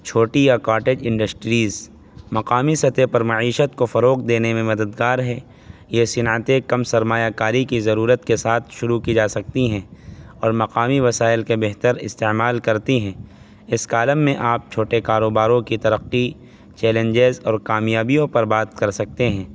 چھوٹی یا cottage industries مقامی سطح پر معیشت کو فروغ دینے میں مددگار ہے یہ صنعتیں کم سرمایہ کاری کی ضرورت کے ساتھ شروع کی جا سکتی ہیں اور مقامی وسائل کا بہتر استعمال کرتی ہیں اس کالم میں آپ چھوٹے کاروباروں کی ترقی چیلنجز اور کامیابیوں پر بات کر سکتے ہیں